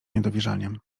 niedowierzaniem